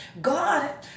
god